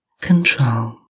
control